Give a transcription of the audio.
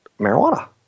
marijuana